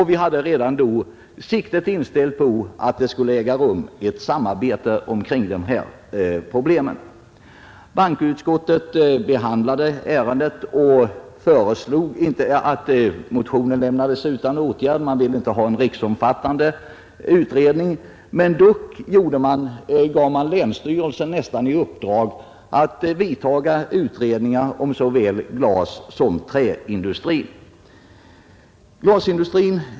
Vi hade redan då siktet inställt på att det skulle äga rum ett samarbete kring dessa problem. Bankoutskottet behandlade ärendet och föreslog att motionen lämnades utan åtgärd; man ville inte ha en riksomfattande utredning. Men man gav länsstyrelsen nästan i uppdrag att göra utredningar om såväl glassom träindustrin.